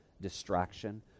distraction